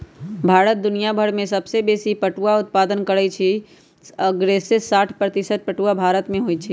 भारत दुनियाभर में सबसे बेशी पटुआ उत्पादन करै छइ असग्रे साठ प्रतिशत पटूआ भारत में होइ छइ